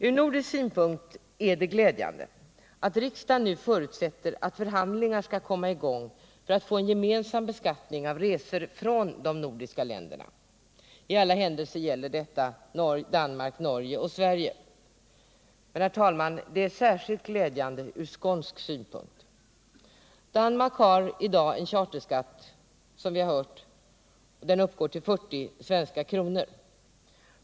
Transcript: Från nordisk synpunkt är det glädjande att riksdagen nu förutsätter att förhandlingar skall komma i gång för att få en gemensam beskattning av resor från de nordiska länderna. I alla händelser gäller detta Danmark, Norge och Sverige. Men det är särskilt glädjande från skånsk synpunkt. Danmark har i dag, som vi hört, en charterskatt som uppgår till 40 svenska kronor.